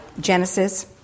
Genesis